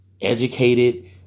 educated